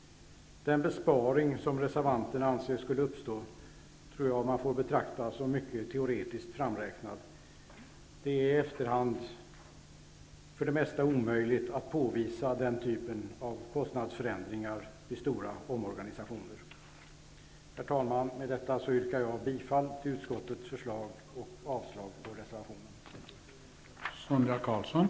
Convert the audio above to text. Den besparing som reservanterna anser skulle uppstå tror jag att man får betrakta som mycket teoretiskt framräknad. Det är i efterhand för det mesta omöjligt att påvisa den typen av kostnadsförändringar i stora omorganisationer. Herr talman! Med detta yrkar jag bifall till utskottets hemställan och avslag på reservationen.